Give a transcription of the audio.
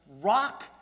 rock